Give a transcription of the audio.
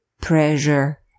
pressure